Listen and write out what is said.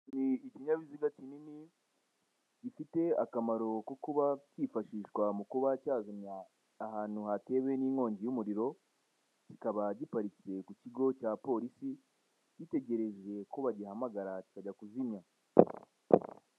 Ikinyabiziga kinini gifite akamaro ko kuba kifashishwa mu kuba cyazimya ahantu hatewe n'inkongi y'umuriro, kikaba giparitse ku kigo cya polisi gitegereje ko bagihamagara kikajya kuzimya.